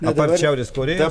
apart šiaurės korėjos